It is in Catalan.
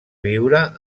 viure